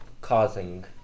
causing